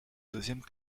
deuxième